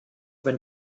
wenn